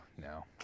no